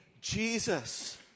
Jesus